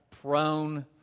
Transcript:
prone